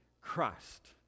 Christ